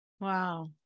Wow